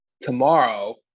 tomorrow